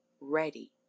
ready